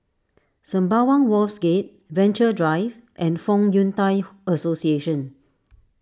Sembawang Wharves Gate Venture Drive and Fong Yun Thai Association